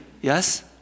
Yes